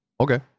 Okay